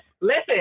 Listen